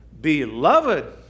beloved